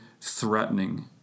threatening